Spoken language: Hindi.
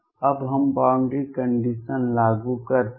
अब हम बॉउंड्री कंडीशन लागू करते हैं